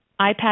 iPad